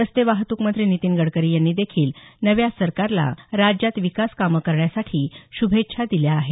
रस्ते वाहतूक मंत्री नितीन गडकरी यांनी देखील नव्या सरकारला राज्यात विकास कामे करण्यासाठी श्रभेच्छा दिल्या आहेत